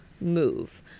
move